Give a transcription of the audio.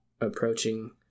approaching